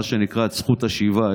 מה שנקרא זכות השיבה,